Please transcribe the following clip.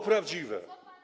Prawdziwe.